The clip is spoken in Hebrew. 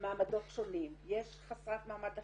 מעמדות שונים, יש חסרת מעמד לחלוטין,